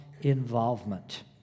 involvement